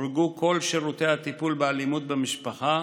הוחרגו כל שירותי הטיפול באלימות במשפחה,